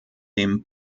dem